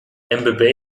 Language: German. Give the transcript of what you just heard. mbabane